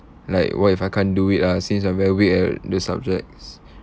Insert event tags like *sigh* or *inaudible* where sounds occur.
like what if I can't do it ah since I'm very weak at these subjects *breath*